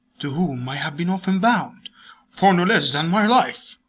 to whom i have been often bound for no less than my life.